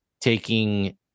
taking